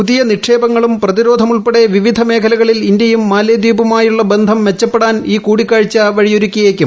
പുതിയ നിക്ഷേപങ്ങളും പ്രതിരോധമുൾപ്പെടെ വിവിധ മേഖലകളിൽ ഇന്ത്യയും മാലെദ്വീപുമായുള്ള ബന്ധം മെച്ചപ്പെടാൻ ഈ കൂടിക്കാഴ്ച വഴിയൊരുക്കിയേക്കും